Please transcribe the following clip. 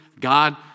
God